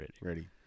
Ready